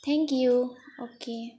thank you okay